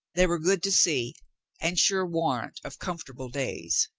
they were good to see and sure warrant of comfortable days.